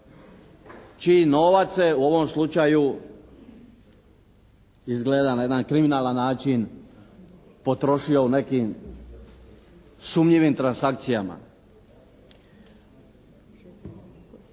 čiji novac se u ovom slučaju izgleda na jedan kriminalan način potrošio u nekim sumnjivim transakcijama.